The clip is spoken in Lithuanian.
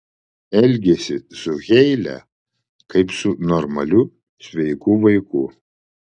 elgiasi su heile kaip su normaliu sveiku vaiku